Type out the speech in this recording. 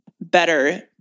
better